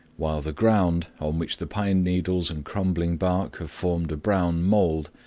while the ground, on which the pine needles and crumbling bark have formed a brown mold,